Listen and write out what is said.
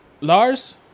Lars